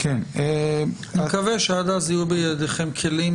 אני מקווה שעד אז יהיו בידיכם כלים